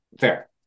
Fair